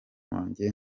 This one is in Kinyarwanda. wanjye